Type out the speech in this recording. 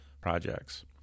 projects